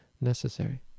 necessary